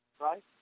right